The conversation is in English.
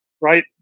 right